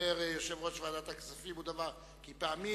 כי פעמים,